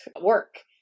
work